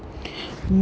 are you serious